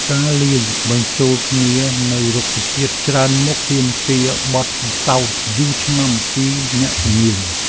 ការលាយបញ្ចូលគ្នានូវរុក្ខជាតិច្រើនមុខ ទាមទារបទពិសោធន៍យូរឆ្នាំពីអ្នកជំនាញ។